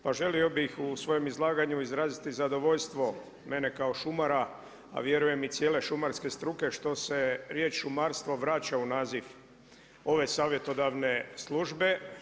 Pa želio bih u svojem izlaganju izraziti zadovoljstvo mene kao šumara, a vjerujem i cijele šumarske struke, što se riječ šumarstvo veća u naziv ove savjetodavne službe.